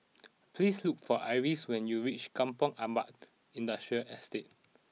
please look for Iris when you reach Kampong Ampat Industrial Estate